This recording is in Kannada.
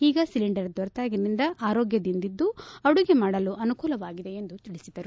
ಈಗ ಸಿಲಿಂಡರ್ ದೊರೆತಾಗಿನಿಂದ ಆರೋಗ್ಭದಿಂದಿದ್ದು ಅಡುಗೆ ಮಾಡಲು ಅನುಕೂಲವಾಗಿದೆ ಎಂದು ತಿಳಿಸಿದರು